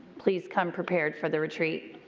please come prepared for the retreat.